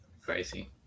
crazy